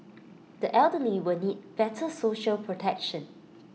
the elderly will need better social protection